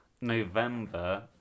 November